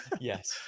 Yes